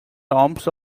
tombs